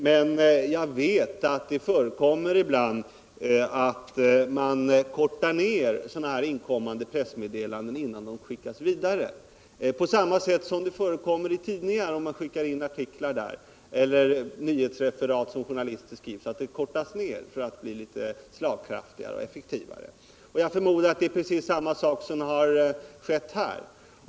Men jag vet att det ibland förekommer att man kortar ned inkommande pressmeddelanden innan de skickas vidare. Det sker på samma sätt som på tidningarna när man där tar emot artiklar. Nyhetsreferat som journalister skriver kortas ned för att bli litet mera slagkraftiga och effektiva. Jag förmodar att precis samma sak har skett här.